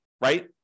right